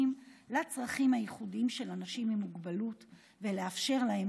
לצרכים הייחודים של אנשים עם מוגבלות ולאפשר להם